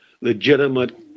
legitimate